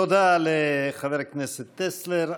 תודה לחבר הכנסת טסלר.